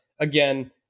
again